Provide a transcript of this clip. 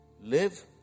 live